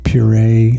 Puree